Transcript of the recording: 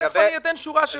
תכף אני אתן שורה של דברים.